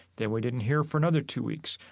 then we didn't hear for another two weeks.